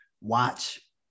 watch